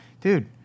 dude